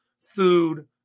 food